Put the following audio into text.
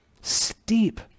Steep